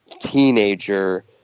teenager